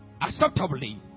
Acceptably